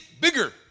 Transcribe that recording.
bigger